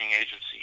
agency